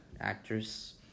actress